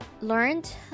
Learned